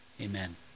Amen